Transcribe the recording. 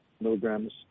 milligrams